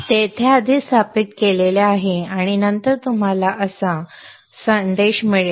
ते येथे आधीच स्थापित केले आहे आणि नंतर तुम्हाला असा संदेश मिळेल